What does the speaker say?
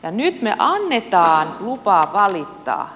ja nyt me annamme luvan valittaa